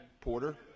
Porter